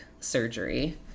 surgery